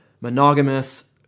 monogamous